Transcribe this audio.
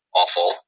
awful